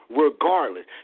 regardless